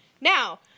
Now